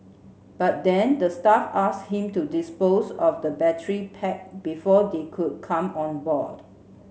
but then the staff asked him to dispose of the battery pack before they could come on board